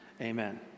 Amen